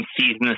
season